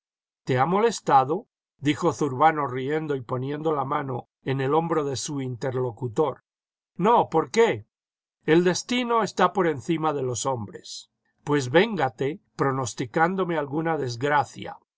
te ha molestado dijo zurbano riendo y poniendo la mano en el hombro de su interlocutor no jpor qué el destino está por encima de los hombres pues véngate pronosticándome alguna desgracia